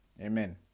Amen